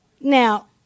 Now